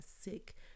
sick